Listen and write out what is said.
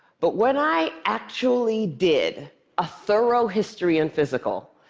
but when i actually did a thorough history and physical,